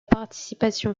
participation